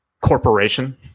corporation